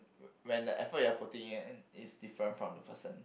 when the effort you are putting in is different from the person